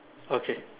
okay